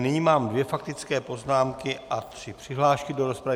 Nyní mám dvě faktické poznámky a tři přihlášky do rozpravy.